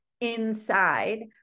inside